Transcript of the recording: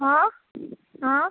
हँ हँ